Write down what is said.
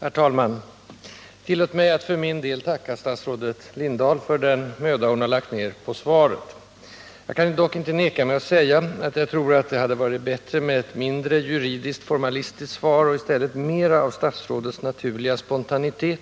Herr talman! Tillåt mig för min del tacka statsrådet Lindahl för den möda hon har lagt ned på svaret. Jag kan dock inte neka mig att säga att jag tror att det hade varit bättre med ett mindre juridiskt-formalistiskt svar och i stället merav statsrådets naturliga spontanitet,